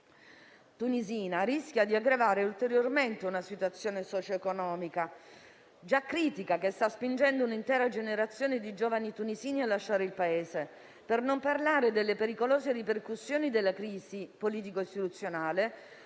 tunisina rischia di aggravare ulteriormente una situazione socioeconomica già critica, che sta spingendo un'intera generazione di giovani tunisini a lasciare il Paese. Per non parlare delle pericolose ripercussioni della crisi politico-istituzionale